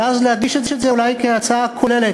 ואז להגיש את זה אולי כהצעה כוללת,